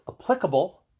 applicable